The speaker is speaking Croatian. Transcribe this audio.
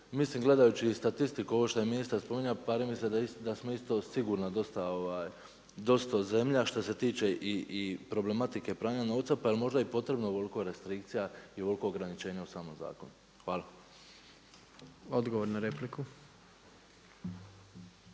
mislim gledajući i statistiku, ovo šta je ministar spominjao, pari mi se da smo isto sigurna dosta zemlja što se tiče problematike pranja novca pa jel možda i potrebno ovoliko restrikcija i ovoliko ograničenja u samom zakonu? Hvala. **Jandroković,